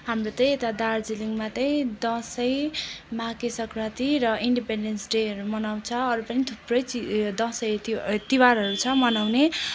हाम्रो त्यही यता दार्जिलिङमा त्यही दसैँ माघे सङ्क्रान्ति र इन्डेपेन्डेन्स डेहरू मनाउँछ अरू पनि थुप्रै चि दसैँ ती तिहारहरू छ मनाउने